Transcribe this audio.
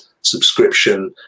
subscription